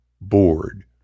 bored